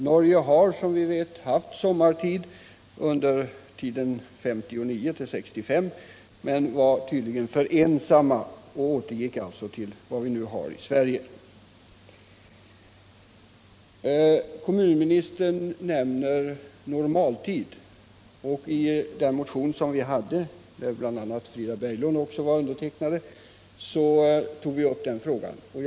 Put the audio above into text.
Norge har som bekant haft sommartid 1959-1965, men det var tydligen en alltför isolerad åtgärd i Norden, och man återgick därför till den ordning som nu gäller bl.a. i Sverige. Kommunministern nämner också tanken på ny normaltid, och den frågan togs upp i vår motion.